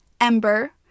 Ember